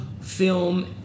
film